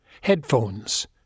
Headphones